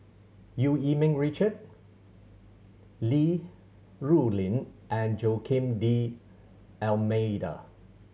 Eu Yee Ming Richard Li Rulin and Joaquim D'Almeida